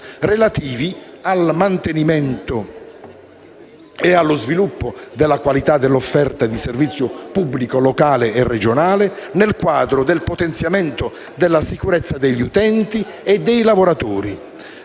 relativi al mantenimento e allo sviluppo della qualità dell'offerta di servizio pubblico locale e regionale, nel quadro del potenziamento della sicurezza degli utenti e dei lavoratori,